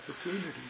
opportunity